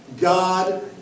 God